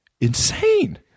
insane